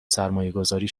سرمایهگذاری